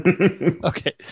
okay